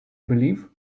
believe